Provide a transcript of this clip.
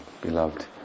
beloved